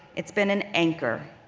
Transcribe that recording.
it's been an anchor,